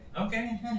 Okay